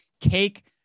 cake